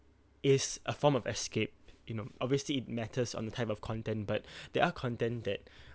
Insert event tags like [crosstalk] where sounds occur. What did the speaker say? is a form of escape you know obviously it matters on the time of content but [breath] there are content that [breath]